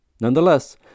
Nonetheless